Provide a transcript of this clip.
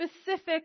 specific